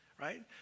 right